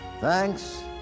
Thanks